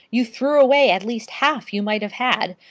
you threw away at least half you might have had!